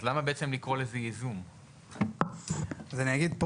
אז למה, בעצם, לקרוא לזה ייזום?